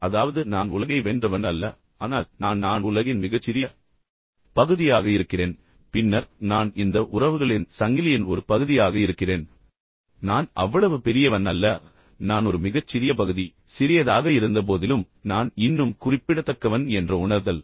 அதாவது அதாவது நான் உலகை வென்றவன் அல்ல ஆனால் நான் நான் உலகின் மிகச் சிறிய பகுதியாக இருக்கிறேன் பின்னர் நான் இந்த உறவுகளின் சங்கிலியின் ஒரு பகுதியாக இருக்கிறேன் பின்னர் நான் அவ்வளவு பெரியவன் அல்ல ஆனால் நான் ஒரு மிகச் சிறிய பகுதி ஆனால் சிறியதாக இருந்தபோதிலும் நான் இன்னும் குறிப்பிடத்தக்கவன் என்ற உணர்தல்